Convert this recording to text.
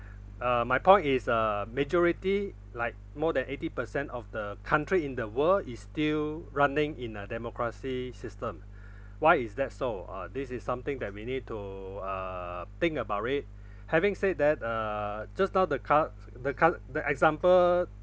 uh my point is uh majority like more than eighty percent of the country in the world is still running in a democracy system why is that so uh this is something that we need to err think about it having said that err just now the cur~ the cur~the example